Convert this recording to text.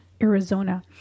Arizona